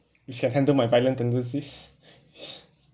which can handle my violent tendencies